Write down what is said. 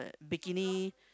bikini